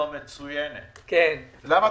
-- בבקשה.